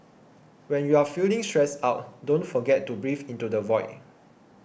when you are feeling stressed out don't forget to breathe into the void